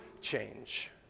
change